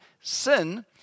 sin